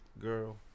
girl